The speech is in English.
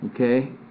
Okay